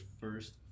first